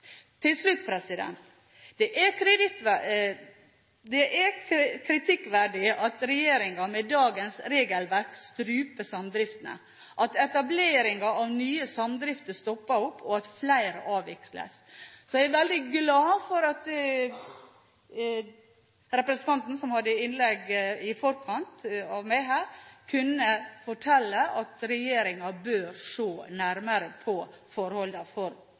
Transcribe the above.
Til slutt: Det er kritikkverdig at regjeringen med dagens regelverk struper samdriftene, at etableringen av nye samdrifter stopper opp og at flere avvikles. Så er jeg veldig glad for at representanten som hadde innlegg før meg, kunne fortelle at regjeringen bør se nærmere på